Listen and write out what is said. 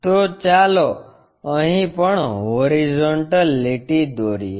તો ચાલો અહીં પણ હોરિઝોન્ટલ લીટી દોરીએ